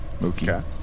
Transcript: Mookie